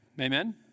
Amen